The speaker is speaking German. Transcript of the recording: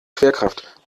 schwerkraft